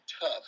tough